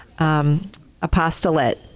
Apostolate